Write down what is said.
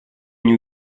они